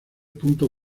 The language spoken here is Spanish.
punto